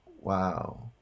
wow